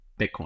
Bitcoin